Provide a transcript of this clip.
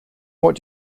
what